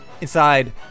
inside